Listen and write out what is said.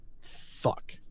fuck